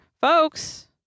folks